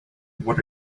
what